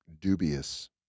Dubious